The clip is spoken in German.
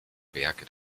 werke